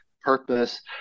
purpose